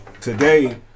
today